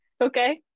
Okay